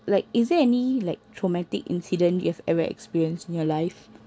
like is there any like traumatic incident you've ever experienced in your life